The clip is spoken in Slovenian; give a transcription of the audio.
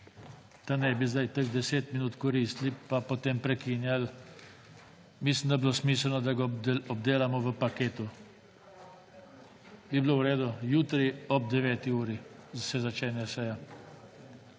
da ne bi zdaj teh 10 minut koristili pa potem prekinjali. Mislim, da bi bilo smiselno, da ga obdelamo v paketu. Bi bilo v redu, da se jutri ob 9. uri začenja seja?